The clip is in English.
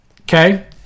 okay